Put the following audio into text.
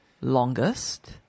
Longest